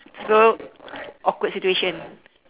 so awkward situation